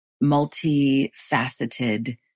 multi-faceted